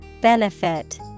Benefit